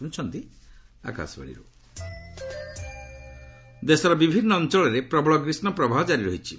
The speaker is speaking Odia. ହିଟ୍ ଓ୍ୱେଭ୍ ଦେଶର ବିଭିନ୍ନ ଅଞ୍ଚଳରେ ପ୍ରବଳ ଗ୍ରୀଷ୍ମ ପ୍ରବାହ ଜାରି ରହିଛି